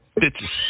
bitches